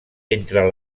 entre